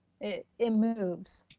it it moves.